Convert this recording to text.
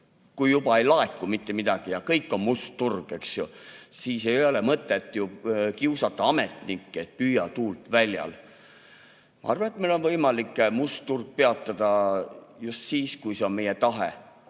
et kui ei laeku mitte midagi ja kõik on must turg, eks ju, siis ei ole mõtet kiusata ametnikke, et püüa tuult väljal. Ma arvan, et meil on võimalik must turg peatada just siis, kui see on meie tahe.